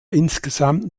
insgesamt